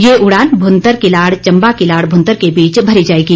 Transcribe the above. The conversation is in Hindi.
ये उड़ान भूंतर किलाड़ चंबा किलाड़ भूंतर के बीच भरी जाएगी